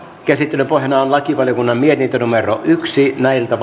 käsittelyn pohjana on lakivaliokunnan mietintö yksi